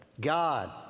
God